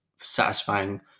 satisfying